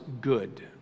good